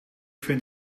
vindt